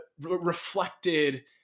reflected